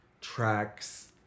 tracks